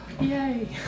Yay